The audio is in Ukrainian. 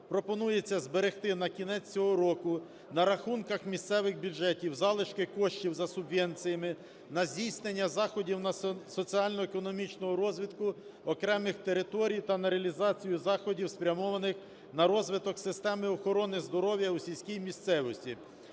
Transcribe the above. пропонується зберегти на кінець цього року на рахунках місцевих бюджетів залишки коштів за субвенціями на здійснення заходів на соціально-економічний розвиток окремих територій та на реалізацію заходів, спрямованих на розвиток системи охорони здоров'я у сільській місцевості,